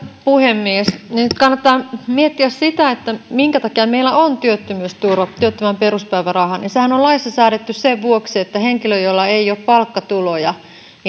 puhemies nyt kannattaa miettiä sitä minkä takia meillä on työttömyysturva työttömän peruspäiväraha sehän on laissa säädetty sen vuoksi että henkilö jolla ei ole palkkatuloja